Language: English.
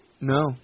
No